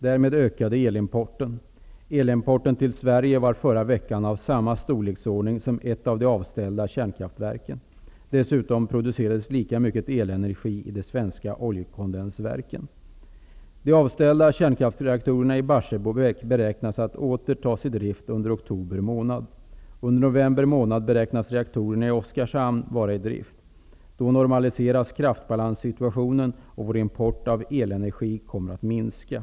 Därmed ökade elimporten. Elimporten till Sverige var förra veckan av samma storleksordning som ett av de avställda kärnkraftverken. Dessutom producerades lika mycket elenergi i de svenska oljekondensverken. Oskarshamn vara i drift. Då normaliseras kraftbalanssituationen, och vår import av elenergi kommer att minska.